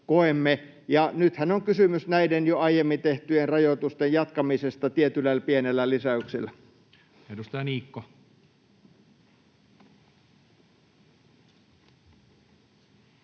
Nythän on kysymys näiden jo aiemmin tehtyjen rajoitusten jatkamisesta tietyllä pienellä lisäyksellä. [Speech 15]